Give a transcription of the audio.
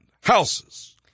houses